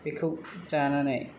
बेखौ जानानै